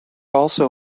also